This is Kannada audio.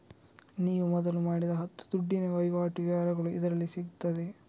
ನೀವು ಮೊದಲು ಮಾಡಿದ ಹತ್ತು ದುಡ್ಡಿನ ವೈವಾಟಿನ ವಿವರಗಳು ಇದರಲ್ಲಿ ಸಿಗ್ತದೆ